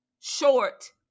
short